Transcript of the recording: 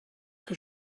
que